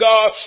God